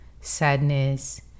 sadness